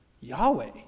Yahweh